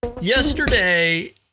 yesterday